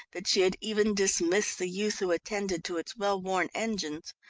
that she had even dismissed the youth who attended to its well-worn engines.